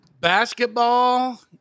Basketball